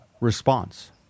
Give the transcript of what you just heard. response